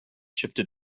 shifted